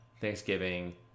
Thanksgiving